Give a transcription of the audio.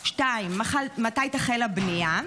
2. מתי תחל הבנייה?